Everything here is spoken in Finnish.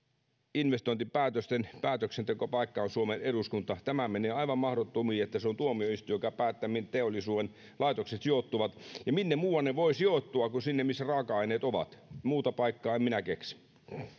investointipäätösten päätöksentekopaikka on suomen eduskunta tämä menee aivan mahdottomiin että se on tuomioistuin joka päättää minne teollisuuden laitokset sijoittuvat minne muuanne ne voivat sijoittua kuin sinne missä raaka aineet ovat muuta paikkaa en minä keksi